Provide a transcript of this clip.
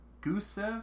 Gusev